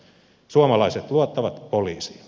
suomalaiset luottavat poliisiin